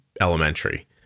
elementary